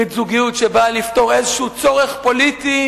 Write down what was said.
ברית זוגיות שבאה לפתור איזה צורך פוליטי